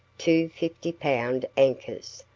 two fifty-pound anchors,